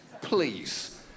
please